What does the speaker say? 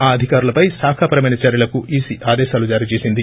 ఆ అధికారులపై శాఖా పరమైన చర్యలకు ఈసీ ఆదేశాలు జారీ చేసింది